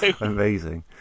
amazing